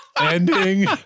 Ending